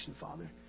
Father